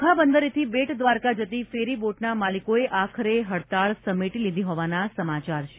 ઓખા બંદરેથી બેટ દ્વારકા જતી ફેરી બોટના માલિકોએ આખરે હડતાળ સમેટી લીધી હોવાના સમાચાર છે